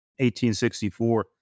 1864